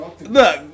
Look